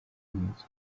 nkeke